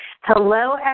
Hello